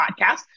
podcast